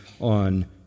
on